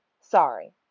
Sorry